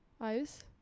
Eyes